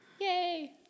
Yay